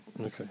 Okay